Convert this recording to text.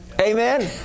Amen